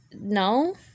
No